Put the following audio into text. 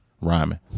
rhyming